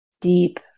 deep